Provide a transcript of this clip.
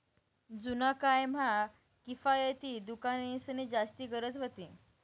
जुना काय म्हा किफायती दुकानेंसनी जास्ती गरज व्हती